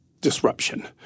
disruption